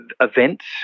events